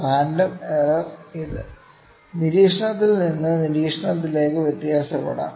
random error ഇത് നിരീക്ഷണത്തിൽ നിന്ന് നിരീക്ഷണത്തിലേക്ക് വ്യത്യാസപ്പെടാം